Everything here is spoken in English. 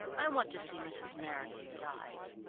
i want to see mrs. meredith dive.